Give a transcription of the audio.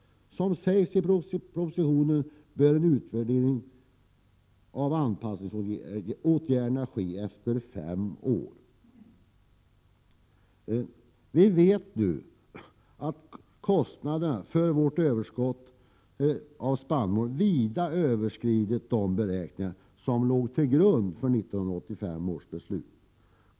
Som sägs i propositionen bör en utvärdering av anpassningsåtgärderna ske efter en femårsperiod.” Vi vet ju att kostnaderna för vårt överskott av spannmål vida överskridit de beräkningar som låg till grund för 1985 års beslut.